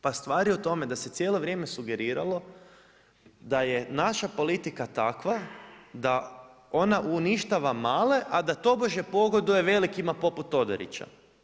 Pa stvar je u tome da se cijelo vrijeme sugeriralo da je naša politika takva da ona uništava male a da tobože pogoduje velikima poput Todorića.